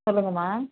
சொல்லுங்கள்ம்மா